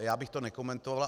Já bych to nekomentoval.